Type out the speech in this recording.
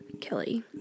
Kelly